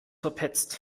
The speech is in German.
verpetzt